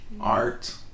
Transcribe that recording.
Art